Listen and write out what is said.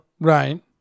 Right